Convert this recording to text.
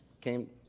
came